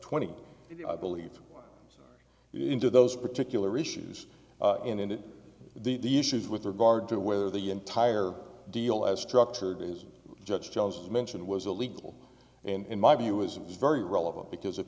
twenty believe into those particular issues in and of these issues with regard to whether the entire deal as structured is judge jones is mentioned was illegal and in my view is very relevant because if